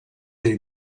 dei